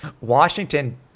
Washington